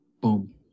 Boom